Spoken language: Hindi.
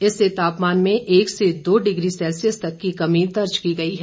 इससे तापमान में एक से दो डिग्री सैल्सियस तक की कमी दर्ज की गई है